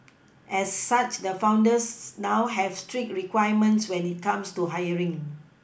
as such the founders now have strict requirements when it comes to hiring